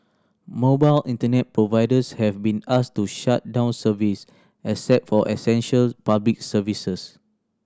mobile Internet providers have been asked to shut down service except for essential public services